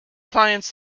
clients